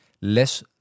less